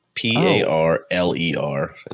P-A-R-L-E-R